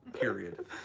Period